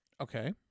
Okay